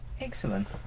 Excellent